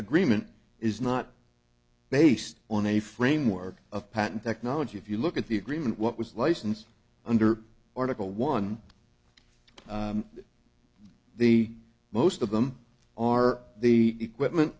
agreement is not based on a framework of patent technology if you look at the agreement what was license under article one the most of them are the equipment